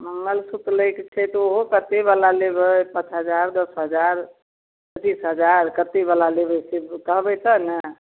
मँगलसूत्र लैके छै तऽ ओहो कतेकवला लेबै पाँच हजार दस हजार पचीस हजार कतेकवला लेबै से कहबै तऽ ने